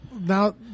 now